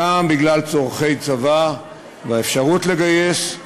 גם בגלל צורכי הצבא והאפשרות לגייס.